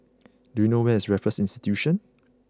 do you know where is Raffles Institution